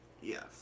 Yes